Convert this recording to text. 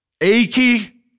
achy